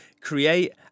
create